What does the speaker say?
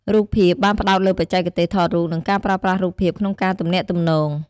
រូបភាព បានផ្ដោតលើបច្ចេកទេសថតរូប និងការប្រើប្រាស់រូបភាពក្នុងការទំនាក់ទំនង។